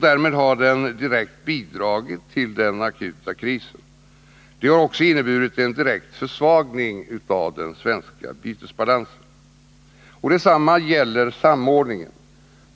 Därmed har bristen direkt bidragit till den akuta krisen. Den har också inneburit en direkt försvagning av den svenska bytesbalansen. Detsamma gäller samordningen.